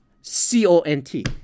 C-O-N-T